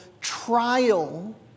trial